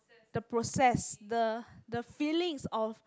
the process the the feelings of